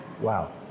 wow